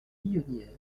billonnière